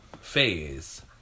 phase